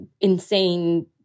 insane